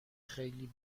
خیلی